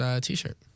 T-shirt